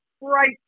right